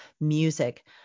music